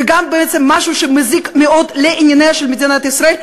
וגם בעצם משהו שמזיק מאוד לענייניה של מדינת ישראל,